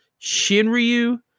Shinryu